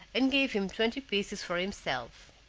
and gave him twenty pieces for himself.